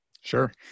Sure